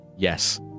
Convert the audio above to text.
Yes